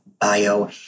bio